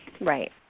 Right